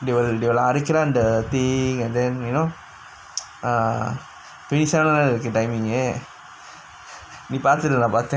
they will they will அரைக்குரான்:araikkuraan the thing and then you know err freeze ah தானே இருக்கு:thaanae irukku timing க நீ பாத்தத நா பாத்த:ga nee paathatha naa paatha